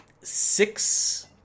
six